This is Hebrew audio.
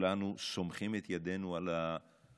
שכולנו סומכים את ידינו על מכון